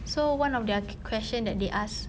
so one of their question that they ask